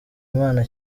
imana